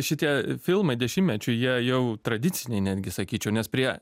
šitie filmai dešimtmečių jie jau tradiciniai netgi sakyčiau nes prie